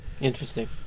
Interesting